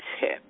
tip